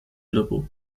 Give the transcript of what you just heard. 俱乐部